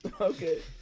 Okay